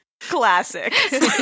classic